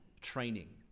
training